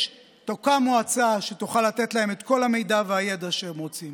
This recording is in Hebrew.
תוקם מועצה שתוכל לתת להם את כל המידע והידע שהם רוצים.